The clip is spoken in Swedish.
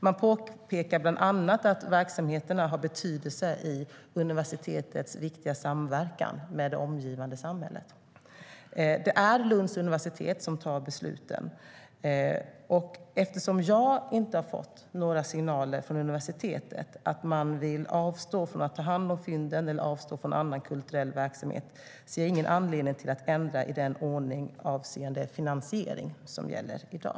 Man påpekar bland annat att verksamheterna har betydelse i universitetets viktiga samverkan med det omgivande samhället. Det är Lunds universitet som tar besluten. Eftersom jag inte har fått några signaler från universitetet om att man vill avstå från att ta hand om fynden eller avstå från annan kulturell verksamhet ser jag ingen anledning att ändra i den ordning avseende finansiering som gäller i dag.